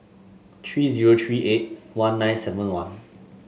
three zero three eight one nine seven one